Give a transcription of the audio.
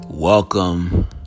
Welcome